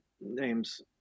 names